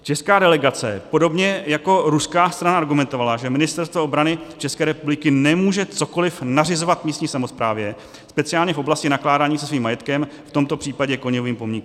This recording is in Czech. Česká delegace podobně jako ruská strana argumentovala, že Ministerstvo obrany České republiky nemůže cokoliv nařizovat místní samosprávě, speciálně v oblasti nakládání se svým majetkem, v tomto případě Koněvovým pomníkem.